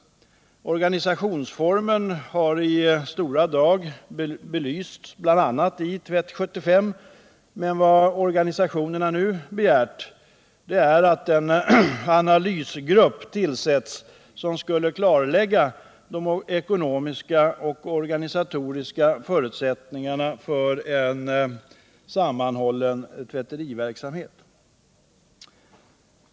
Organisationsformen har i stora drag belysts bl.a. i Tvätt 75, men vad organisationerna nu begärt är att en analysgrupp tillsätts, som skall klarlägga de ekonomiska och organisatoriska förutsättningarna för en sammanhållen tvätteriverksamhet.